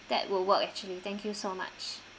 that will work actually thank you so much